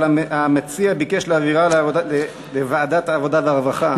אבל המציע ביקש להעבירה לוועדת העבודה והרווחה.